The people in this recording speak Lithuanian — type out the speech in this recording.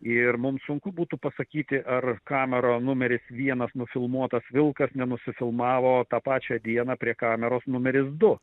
ir mums sunku būtų pasakyti ar kamera numeris vienas nufilmuotas vilkas nenusifilmavo tą pačią dieną prie kameros numeris du